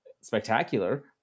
spectacular